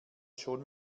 schon